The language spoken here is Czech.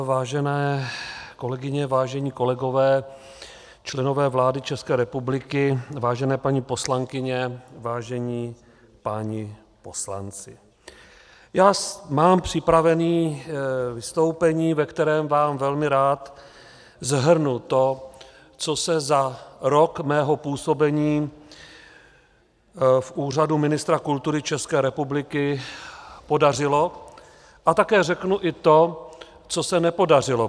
Vážené kolegyně, vážení kolegové, členové vlády České republiky, vážené paní poslankyně, vážení páni poslanci, já mám připraveno vystoupení, ve kterém vám velmi rád shrnu to, co se za rok mého působení v úřadu ministra kultury České republiky podařilo, a také řeknu i to, co se nepodařilo.